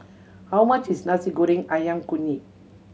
how much is Nasi Goreng Ayam Kunyit